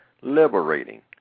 liberating